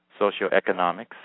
socioeconomics